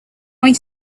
going